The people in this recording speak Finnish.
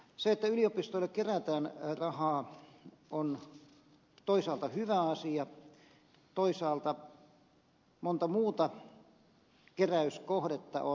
se että yliopistoille kerätään rahaa on toisaalta hyvä asia toisaalta monta muuta keräyskohdetta on